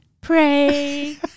pray